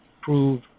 prove